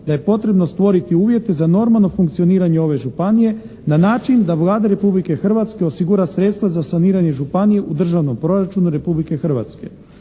da je potrebno stvoriti uvjete za normalno funkcioniranje ove županije na način da Vlada Republike Hrvatske osigura sredstva za saniranje županije u državnom proračunu Republike Hrvatske.